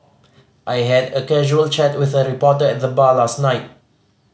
I had a casual chat with a reporter at the bar last night